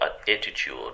attitude